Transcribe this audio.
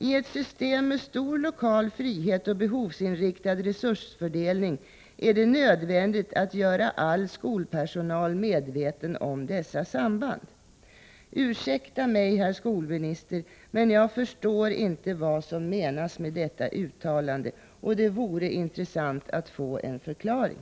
I ett system med stor lokal frihet och behovsinriktad resursfördelning är det nödvändigt att göra all skolpersonal medveten om dessa samband.” Ursäkta mig, herr skolminister, men jag förstår inte vad som menas med detta uttalande, och det vore intressant att få en förklaring.